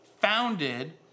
founded